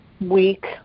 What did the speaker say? week